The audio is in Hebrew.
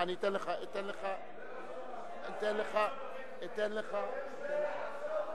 (חבר הכנסת נסים זאב יוצא מאולם המליאה.) אולי נקצר את הזמן.